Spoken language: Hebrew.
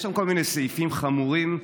יש שם כל מיני סעיפים חמורים ומרתקים,